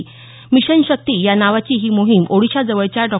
mission Shakti या नावाची ही मोहीम ओडीशा जवळच्या डॉ